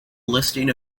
listing